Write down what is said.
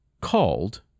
called